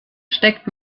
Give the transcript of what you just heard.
steckt